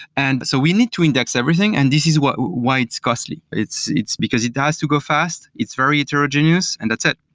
and but so we need to index everything, and this is why it's costly. it's it's because it has to go fast. it's very heterogeneous, and that's it.